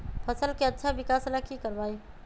फसल के अच्छा विकास ला की करवाई?